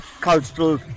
cultural